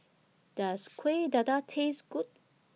Does Kueh Dadar Taste Good